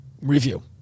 review